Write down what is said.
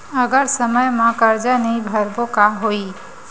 अगर समय मा कर्जा नहीं भरबों का होई?